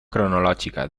cronològica